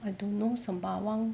I don't know sembawang